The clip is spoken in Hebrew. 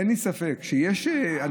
אין לי ספק שהנושא,